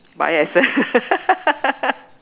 Bio Essence